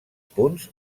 punts